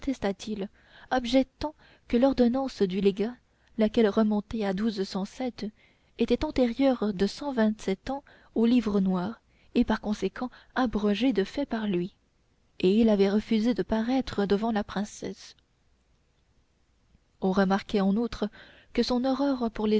protesta t il objectant que l'ordonnance du légat laquelle remontait à était antérieure de cent vingt-sept ans au livre noir et par conséquent abrogée de fait par lui et il avait refusé de paraître devant la princesse on remarquait en outre que son horreur